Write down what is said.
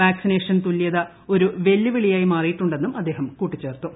vaccination തുല്യത ഒരു വെല്ലുവിളിയായി മാറിയിട്ടുണ്ടെന്നും അദ്ദേഹം കൂട്ടിച്ചേർത്തു